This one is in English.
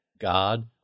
God